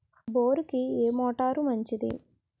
బోరుకి ఏ మోటారు మంచిది?